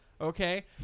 okay